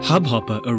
Hubhopper